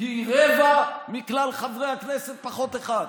היא רבע מכלל חברי הכנסת פחות אחד.